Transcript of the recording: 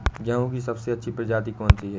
गेहूँ की सबसे अच्छी प्रजाति कौन सी है?